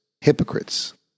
Hypocrites